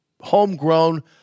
homegrown